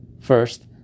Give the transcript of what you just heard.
First